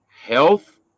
health